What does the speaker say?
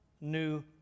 New